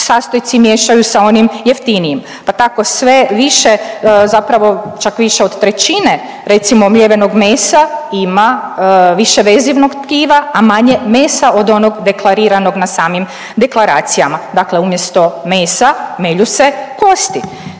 sastojci miješaju sa onim jeftinijim, pa tako sve više zapravo čak više trećine recimo mljevenog mesa ima više vezivnog tkiva, a manje mesa od onog deklariranog na samim deklaracijama. Dakle, umjesto mesa melju se kosti.